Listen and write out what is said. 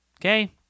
Okay